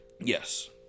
Yes